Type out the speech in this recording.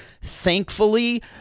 Thankfully